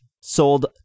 sold